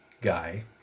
guy